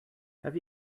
have